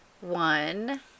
one